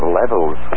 levels